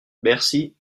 bercy